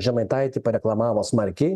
žemaitaitį pareklamavo smarkiai